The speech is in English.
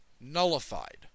nullified